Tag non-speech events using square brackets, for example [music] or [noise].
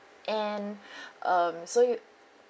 and [breath] um so you